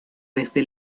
desde